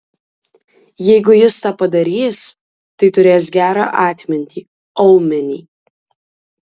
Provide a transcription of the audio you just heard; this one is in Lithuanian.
jeigu jis tą padarys tai turės gerą atmintį aumenį